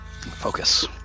Focus